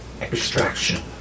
extraction